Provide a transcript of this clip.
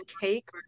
cake